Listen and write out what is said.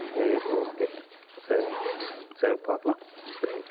சரி ஓகே சரி சரி பார்க்கலாம் பை